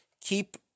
Keep